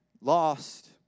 lost